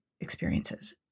experiences